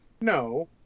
No